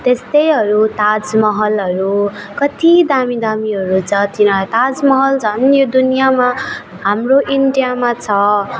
त्यस्ताहरू ताजमहलहरू कति दामी दामीहरू छ तिन ताजमहल झन् यो दुनियाँमा हाम्रो इन्डियामा छ